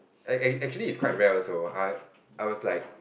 I I actually it's quite rare also I I was like